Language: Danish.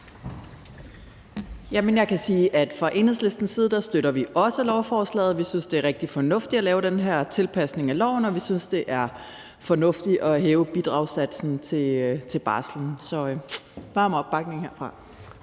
jeg kan sige, at fra Enhedslistens side støtter vi også lovforslaget. Vi synes, det er rigtig fornuftigt at lave den her tilpasning af loven, og vi synes, det er fornuftigt at hæve bidragssatsen til barselsudligningsordningen.